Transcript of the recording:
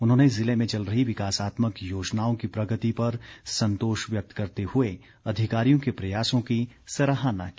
उन्होंने जिले में चल रही विकासात्मक योजनाओं की प्रगति पर संतोष व्यक्त करते हुए अधिकारियों के प्रयासों की सराहना की